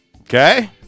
Okay